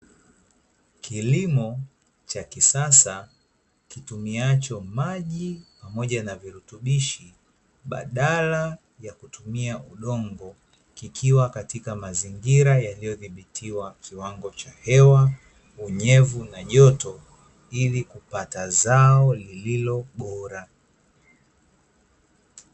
Kilimo cha kisasa kitumiacho maji, pamoja na virutubishi, badala ya kutumia udongo, kikiwa katika mazingira yaliyodhibitiwa kiwango cha hewa, unyevu, na joto, ili kupata zao lililo bora,